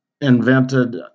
invented